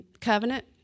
covenant